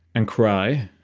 and cry.